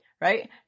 right